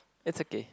it's okay